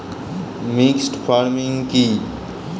Mixed farming কি?